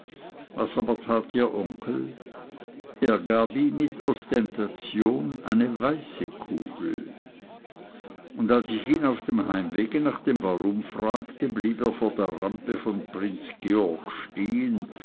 was aber tat ihr herr onkel er gab ihm mit ostentation eine weiße kugel und als ich ihn auf dem heimwege nach dem warum fragte blieb er vor der rampe von prinz georg stehn